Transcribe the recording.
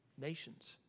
nations